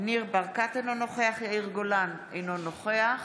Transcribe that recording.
ניר ברקת, אינו נוכח יאיר גולן, אינו נוכח